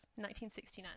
1969